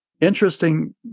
interesting